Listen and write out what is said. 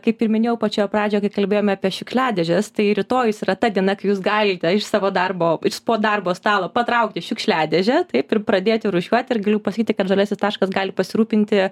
kaip ir minėjau pačioj pradžioj kai kalbėjome apie šiukšliadėžes tai rytojus yra ta diena kai jūs galite iš savo darbo ir po darbo stalo patraukti šiukšliadėžę taip ir pradėti rūšiuoti ir galiu pasakyti kad žaliasis taškas gali pasirūpinti